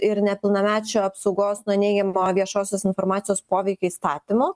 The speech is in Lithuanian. ir nepilnamečių apsaugos nuo neigiamo viešosios informacijos poveikio įstatymu